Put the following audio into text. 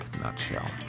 nutshell